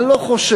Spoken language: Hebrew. אני לא חושש,